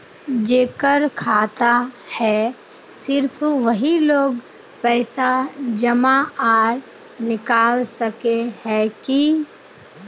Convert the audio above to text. जेकर खाता है सिर्फ वही लोग पैसा जमा आर निकाल सके है की?